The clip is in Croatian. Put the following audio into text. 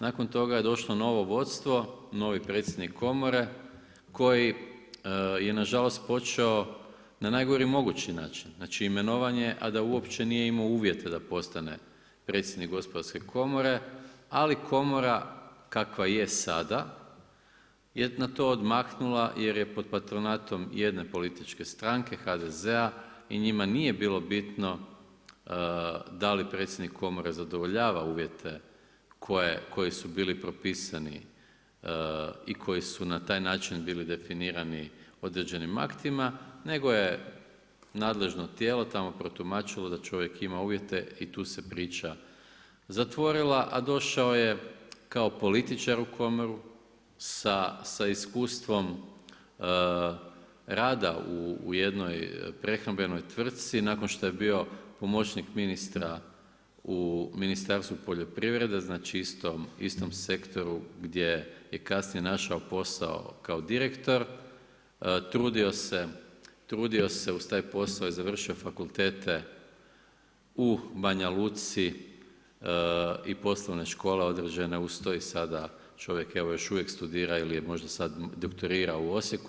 Nakon toga je došlo novo vodstvo, novi predsjednik Komore koji je nažalost počeo na najgori mogući način, znači imenovanje a da uopće nije imao uvjete da postane predsjednik gospodarske komore ali komora kakva je sada je na to odmahnula jer pod patronatom jedne političke stranke HDZ-a i njima nije bilo bitno da li predsjednik komore zadovoljava uvjete koji su bili propisani i koji su na taj način bili definirani određenim aktima nego je nadležno tijelo tamo protumačilo da čovjek ima uvjete i tu se priča zatvorila a došao je kao političar u komoru sa iskustvom rada u jednoj prehrambenoj tvrtci nakon što je bio pomoćnik ministra u Ministarstvu poljoprivrede, znači istom sektoru gdje je kasnije našao posao kao direktor, trudio se uz taj posao i završio fakultete u Banja Luci i … uz to i sada čovjek evo još uvijek studira ili je možda sad doktorirao u Osijeku.